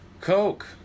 Coke